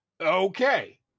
Okay